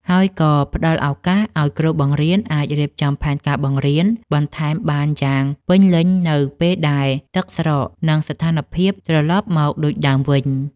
ហើយក៏ផ្តល់ឱកាសឱ្យគ្រូបង្រៀនអាចរៀបចំផែនការបង្រៀនបន្ថែមបានយ៉ាងពេញលេញនៅពេលដែលទឹកស្រក និងស្ថានភាពត្រឡប់មកដូចដើមវិញ។